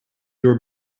your